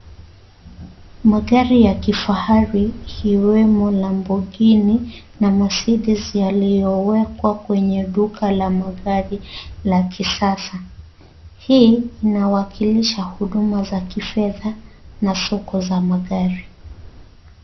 Magari ya kifahari ikiwemo Lamborghini na Mercedes yaliyowekwa kwenye duka la magari la kisasa. Hii inawakilisha huduma za kifedha na soko za magari.